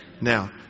Now